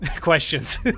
questions